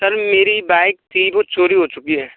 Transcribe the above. sir मेरी bike थी वो चोरी हो चुकी है